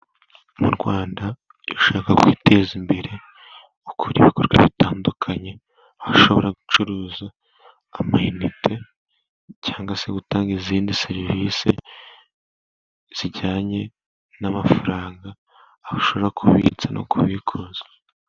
Mu Rwanda ,iyo ushaka kwiteza imbere, ukora ibikorwa bitandukanye, aho ushobora gucuruza ,amayinite cyangwa se gutanga izindi serivisi ,zijyanye n'amafaranga ,aho ushobora kubitsa no kubikuza.